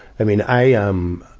i mean, i, um,